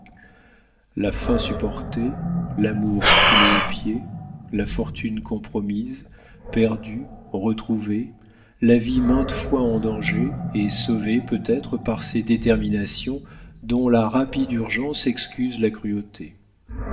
la faim supportée l'amour foulé aux pieds la fortune compromise perdue retrouvée la vie maintes fois en danger et sauvée peut-être par ces déterminations dont la rapide urgence excuse la cruauté